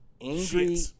angry